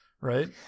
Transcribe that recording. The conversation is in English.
right